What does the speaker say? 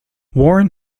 warren